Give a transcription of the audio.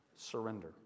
surrender